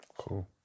Cool